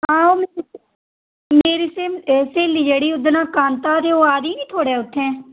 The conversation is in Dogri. हां ओह् मेरी स्हेली जेह्ड़ी ओह्दा नांऽ कांता ते ओह् आए दी निं थुआढ़े उत्थै